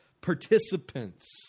participants